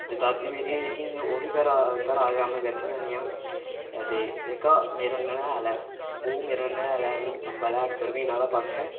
ते दादी मेरी जेह्की ऐ ही ओह् बी घरा दा गै कम्म कर दियां हियां ते जेह्का मेरा ननेहाल ऐ ओह् मेरा ननेहाल ऐ अम्बै हेठ बर्मीन आह्ले पाखै